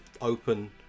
open